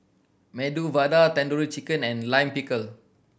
Medu Vada Tandoori Chicken and Lime Pickle